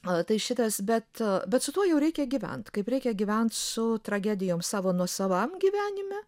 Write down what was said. a tai šitas bet bet su tuo jau reikia gyvent kaip reikia gyventi su tragedijom savo nuosavam gyvenime